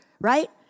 right